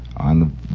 on